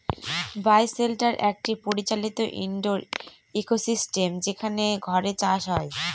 বায় shelter একটি পরিচালিত indoor ecosystem যেখানে ঘরে চাষ হয়